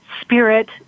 spirit